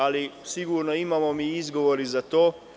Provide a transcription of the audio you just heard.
Ali, sigurno mi imamo izgovor i za to.